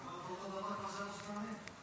כבר קראת שלוש פעמים.